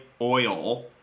oil